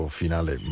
finale